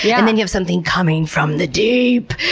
yeah and then you have something coming from the deep,